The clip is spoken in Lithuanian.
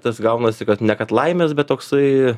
tas gaunasi kad ne kad laimės bet toksai